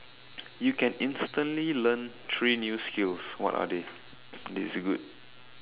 you can instantly learn three new skills what are they this is good